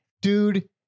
dude